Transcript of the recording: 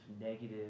negative